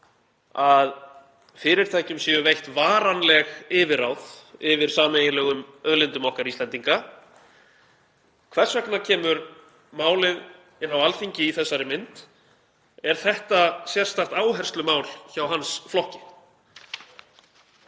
að fyrirtækjum séu veitt varanleg yfirráð yfir sameiginlegum auðlindum okkar Íslendinga? Hvers vegna kemur málið inn á Alþingi í þessari mynd? Er þetta sérstakt áherslumál hjá hans flokki?